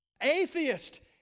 atheist